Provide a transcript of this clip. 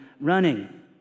running